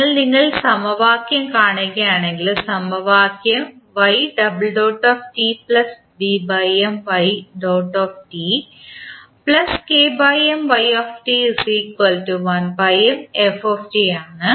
അതിനാൽ നിങ്ങൾ സമവാക്യം കാണുകയാണെങ്കിൽ സമവാക്യം ആണ്